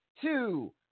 two